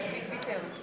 דוד ויתר.